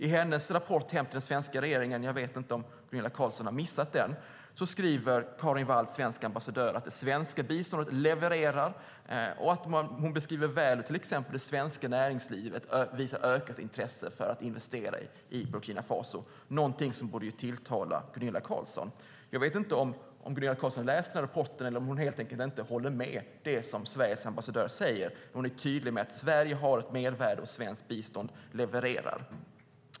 I sin rapport hem till den svenska regeringen - jag vet inte om Gunilla Carlsson har missat den - skriver hon att det svenska biståndet levererar. Och hon beskriver väl till exempel att det svenska näringslivet visar ökat intresse för att investera i Burkina Faso. Det är någonting som borde tilltala Gunilla Carlsson. Jag vet inte om Gunilla Carlsson har läst den här rapporten eller om hon helt enkelt inte håller med om det som Sveriges ambassadör säger. Hon är tydlig med att Sverige har ett mervärde och att svenskt bistånd levererar.